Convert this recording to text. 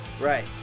Right